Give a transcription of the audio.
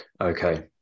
Okay